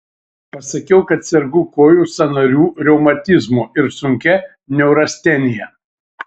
pasakiau kad sergu kojų sąnarių reumatizmu ir sunkia neurastenija